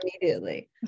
immediately